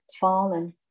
fallen